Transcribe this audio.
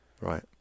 Right